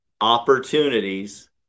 opportunities